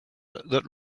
that